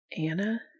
Anna